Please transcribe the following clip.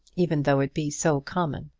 even though it be so common.